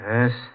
Yes